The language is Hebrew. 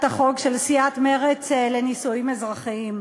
החוק של סיעת מרצ לנישואים אזרחיים.